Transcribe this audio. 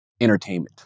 entertainment